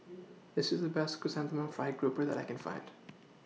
This IS The Best Chrysanthemum Fried Grouper that I Can Find